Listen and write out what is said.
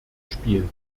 spiel